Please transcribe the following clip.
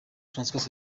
françois